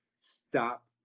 stop